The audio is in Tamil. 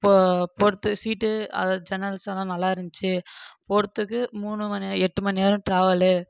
இப்போது போகிறது சீட்டு அதாவது ஜன்னல்ஸு எல்லாம் நல்லா இருந்துச்சு போகிறதுக்கு மூணு மணிநேர எட்டு மணிநேரம் ட்ராவலு